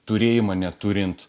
turėjimą neturint